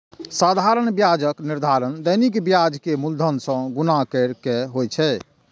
साधारण ब्याजक निर्धारण दैनिक ब्याज कें मूलधन सं गुणा कैर के होइ छै